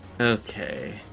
Okay